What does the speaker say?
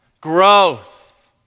growth